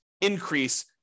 increase